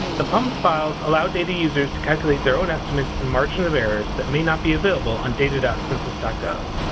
the pums files allow data users to calculate their own estimates and margin of errors that may not be available on data data census gov.